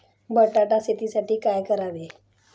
बटाटा शेतीसाठी काय करावे?